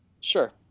Sure